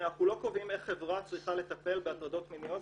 אנחנו לא קובעים איך חברה צריכה לטפל בהטרדות מיניות,